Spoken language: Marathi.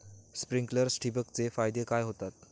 स्प्रिंकलर्स ठिबक चे फायदे काय होतात?